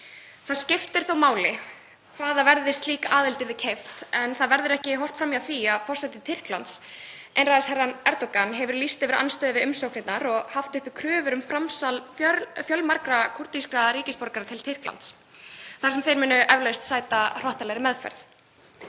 Það skiptir þó máli hvaða verði slík aðild yrði keypt en það verður ekki horft fram hjá því að forseti Tyrklands, einræðisherrann Erdogan, hefur lýst yfir andstöðu við umsóknirnar og haft uppi kröfur um framsal fjölmargra kúrdískra ríkisborgara til Tyrklands þar sem þeir munu eflaust sæta hrottalegri meðferð.